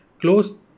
close